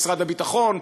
משרד הביטחון,